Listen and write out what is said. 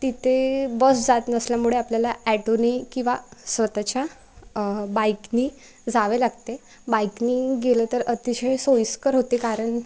तिथे बस जात नसल्यामुळे आपल्याला ॲटोनी किंवा स्वतःच्या बाईकने जावे लागते बाईकने गेलं तर अतिशय सोयीस्कर होते कारण